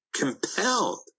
Compelled